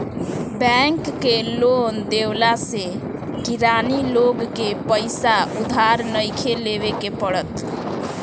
bank के loan देवला से किरानी लोग के पईसा उधार नइखे लेवे के पड़त